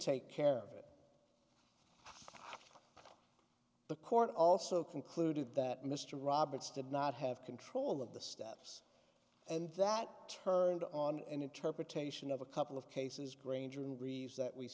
take care of it the court also concluded that mr roberts did not have control of the steps and that turned on an interpretation of a couple of cases granger and briefs that we